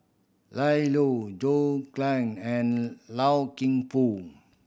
Ian Loy John Clang and Loy Keng Foo